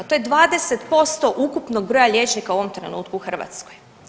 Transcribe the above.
To je 20% ukupnog broja liječnika u ovom trenutku u Hrvatskoj.